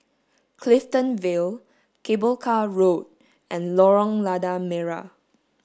Clifton Vale Cable Car Road and Lorong Lada Merah